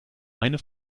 eine